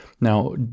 now